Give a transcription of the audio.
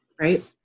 Right